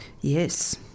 Yes